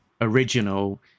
original